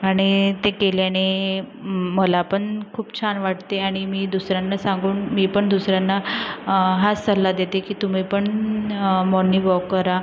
आणि ते केल्याने मला पण खूप छान वाटते आणि मी दुसऱ्यांना सांगून मी पण दुसऱ्यांना हाच सल्ला देते की तुम्हीपण मॉर्निंग वॉक करा